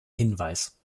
hinweis